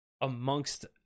amongst